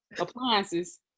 appliances